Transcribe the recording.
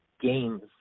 games